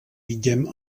guillem